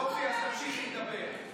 יוראי, אני רוצה להסביר לך משהו.